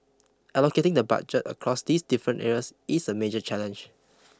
allocating the budget across these different areas is a major challenge